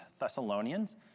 Thessalonians